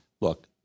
Look